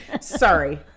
sorry